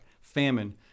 famine